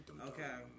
Okay